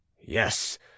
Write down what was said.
Yes